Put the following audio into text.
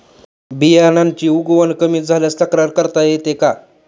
बियाण्यांची उगवण कमी झाल्यास तक्रार करता येते का?